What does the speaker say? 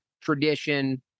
tradition